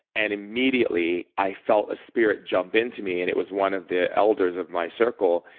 and immediately, i felt a spirit jump into me and it was one of the elders of my circle.